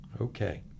Okay